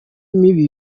mibi